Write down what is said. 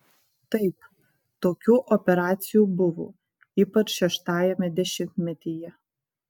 taip tokių operacijų buvo ypač šeštajame dešimtmetyje